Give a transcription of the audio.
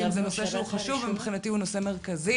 זה נושא שהוא חשוב ומבחינתי הוא נושא מרכזי.